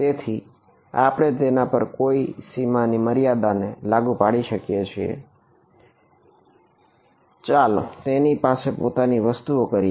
તેથી આપણે તેના પર કોઈ સીમાઓની મર્યાદા ને લાગુ પાડી શકીએ નહિ ચાલો તેની પોતાની વસ્તુ કરીએ